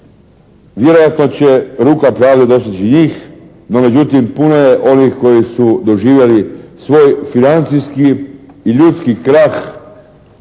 vjerojatno će ruka pravde dostići njih. No međutim puno je onih koji su doživjeli svoj financijski i ljudski krah